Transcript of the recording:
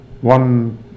one